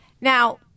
now